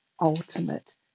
ultimate